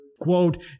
Quote